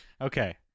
Okay